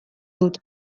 dut